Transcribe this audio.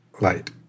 light